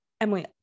Emily